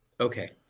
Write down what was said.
Okay